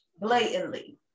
blatantly